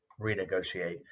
renegotiate